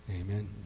Amen